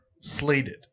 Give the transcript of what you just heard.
slated